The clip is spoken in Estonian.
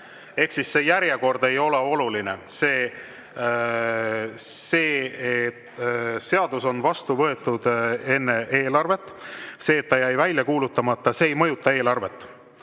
Ehk see järjekord ei ole oluline. See seadus on vastu võetud enne eelarvet. See, et ta jäi välja kuulutamata, ei mõjuta eelarvet.